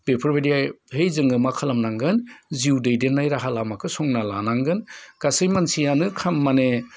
बेफोरबायदिहै जोङो मा खालामनांगोन जिउ दैदेननाय राहा लामाखौ संना लानांगोन गासै मानसियानो माने